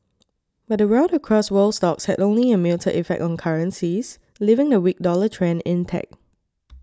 but the rout across world stocks had only a muted effect on currencies leaving the weak dollar trend intact